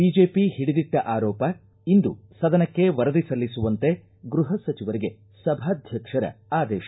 BJP ಹಿಡಿದಿಟ್ಟ ಆರೋಪ ಇಂದು ಸದನಕ್ಕೆ ವರದಿ ಸಲ್ಲಿಸುವಂತೆ ಗೃಹ ಸಚಿವರಿಗೆ ಸಭಾಧ್ಯಕ್ಪರ ಆದೇಶ